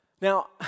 Now